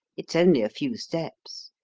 it's only a few steps.